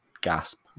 gasp